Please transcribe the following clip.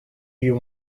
you